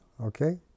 Okay